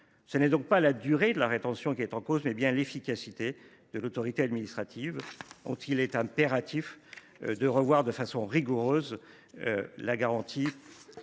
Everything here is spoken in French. c’est non pas la durée de la rétention qui est en cause, mais bien l’efficacité de l’autorité administrative ; il est impératif de l’améliorer de façon rigoureuse si l’on